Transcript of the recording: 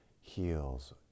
heals